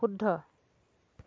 শুদ্ধ